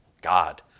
God